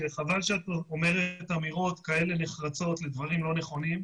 חבל שאת אומרת אמירות כאלה נחרצות לדברים לא נכונים.